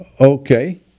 Okay